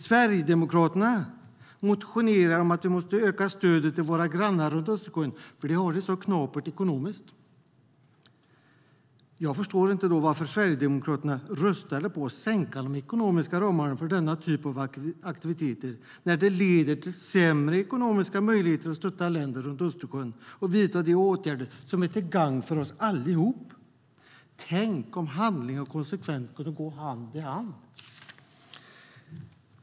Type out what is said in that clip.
Sverigedemokraterna motionerar om att vi måste öka stödet till våra grannar runt Östersjön för att de har det så knapert ekonomiskt. Då förstår jag inte varför Sverigedemokraterna röstar för att sänka de ekonomiska ramarna för denna typ av aktiviteter när det leder till sämre ekonomiska möjligheter att stötta länder runt Östersjön i att vidta åtgärder som är till gagn för oss alla. Tänk om handling och konsekvens kunde gå hand i hand!